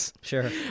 sure